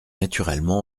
naturellement